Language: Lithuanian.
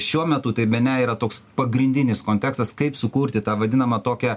šiuo metu tai bene yra toks pagrindinis kontekstas kaip sukurti tą vadinamą tokią